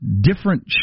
different